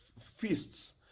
feasts